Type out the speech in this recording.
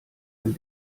ein